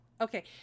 okay